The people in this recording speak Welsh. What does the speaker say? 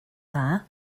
dda